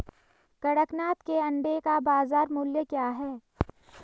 कड़कनाथ के अंडे का बाज़ार मूल्य क्या है?